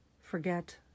forget